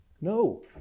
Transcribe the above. no